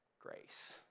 grace